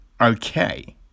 Okay